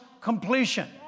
completion